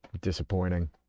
disappointing